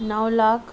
نو lakh